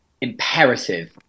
imperative